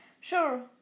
Sure